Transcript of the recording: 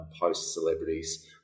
post-celebrities